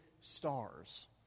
stars